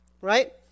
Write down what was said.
Right